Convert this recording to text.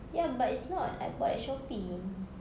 ya but it's not I bought at shopee